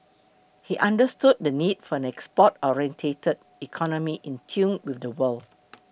he understood the need for an export oriented economy in tune with the world